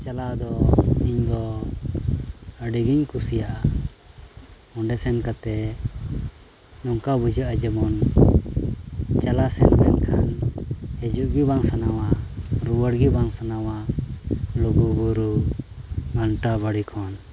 ᱪᱟᱞᱟᱣ ᱫᱚ ᱤᱧᱫᱚ ᱟᱹᱰᱤᱜᱤᱧ ᱠᱩᱥᱤᱭᱟᱜᱼᱟ ᱚᱸᱰᱮ ᱥᱮᱱ ᱠᱟᱛᱮ ᱱᱚᱝᱠᱟ ᱵᱩᱡᱷᱟᱹᱜᱼᱟ ᱡᱮᱢᱚᱱ ᱪᱟᱞᱟᱜ ᱥᱮᱱ ᱞᱮᱱᱠᱷᱟᱱ ᱦᱤᱡᱩᱜ ᱜᱮ ᱵᱟᱝ ᱥᱟᱱᱟᱣᱟ ᱨᱩᱣᱟᱹᱲ ᱜᱮ ᱵᱟᱝ ᱥᱟᱱᱟᱣᱟ ᱞᱩᱜᱩ ᱵᱩᱨᱩ ᱜᱷᱟᱱᱴᱟ ᱵᱟᱲᱮ ᱠᱷᱚᱱ